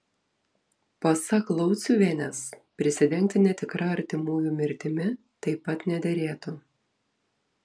pasak lauciuvienės prisidengti netikra artimųjų mirtimi taip pat nederėtų